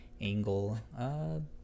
angle